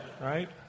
Right